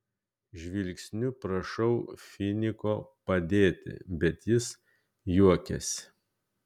žvilgsniu prašau finiko padėti bet jis juokiasi